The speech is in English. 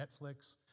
Netflix